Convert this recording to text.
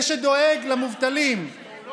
זה שדואג למובטלים, הוא לא